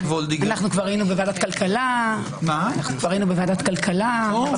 כבר היינו בוועדת כלכלה, דנו.